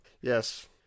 Yes